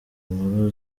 inkuru